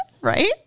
Right